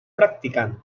practicant